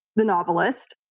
the novelist,